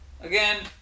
Again